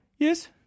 Yes